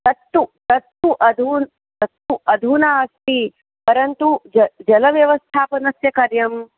तत्तु तत्तु अधुना तत्तु अधुना अस्ति परन्तु जलं जलव्यवस्थायाः पुनश्च कार्यं